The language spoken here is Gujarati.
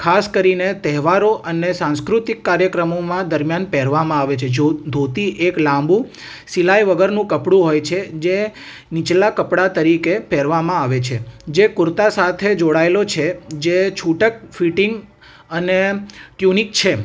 ખાસ કરીને તહેવારો અને સાંસ્કૃતિક કાર્યક્રમોમાં દરમિયાન પહેરવામાં આવે છે ધોતી એક લાબું સિલાઈ વગરનું કપડું હોય છે જે નીચલા કપડાં તરીકે પહેરવામાં આવે છે જે કુર્તા સાથે જોડાયેલો છે જે છૂટક ફિટિંગ અને ટ્યૂનિક છે